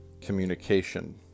communication